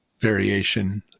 variation